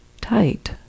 tight